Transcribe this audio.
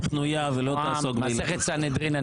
פנויה ולא תעסוק ב --- מסכת סנהדרין,